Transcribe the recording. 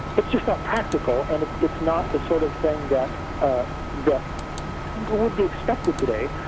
its just not practical, and its not the sort of thing that ah that would be expected today,